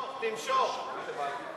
תמשוך, תמשוך.